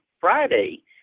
Friday